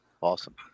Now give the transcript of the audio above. Awesome